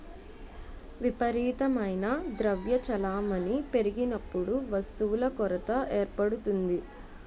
విపరీతమైన ద్రవ్య చలామణి పెరిగినప్పుడు వస్తువుల కొరత ఏర్పడుతుంది